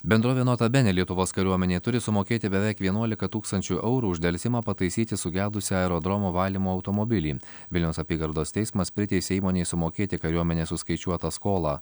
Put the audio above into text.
bendrovė nota bene lietuvos kariuomenei turi sumokėti beveik vienuolika tūkstančių eurų už delsimą pataisyti sugedusį aerodromo valymo automobilį vilniaus apygardos teismas priteisė įmonei sumokėti kariuomenės suskaičiuotą skolą